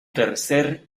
tercer